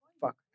fuck